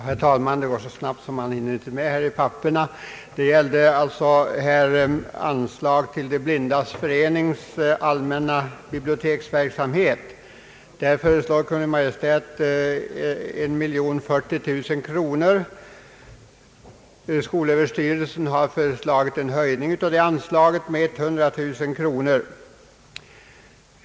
Herr talman! Nu går det så snabbt att man inte riktigt hinner med. Denna punkt gäller bl.a. anslaget till De blindas förenings allmänna biblioteksverksamhet. Kungl. Maj:t föreslår 1 040 000 kronor. Det belopp skolöverstyrelsen begärt uppgår till ytterligare 100 000 kronor.